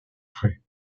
frais